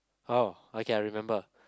oh okay I remember